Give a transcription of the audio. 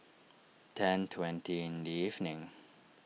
ten twenty in the evening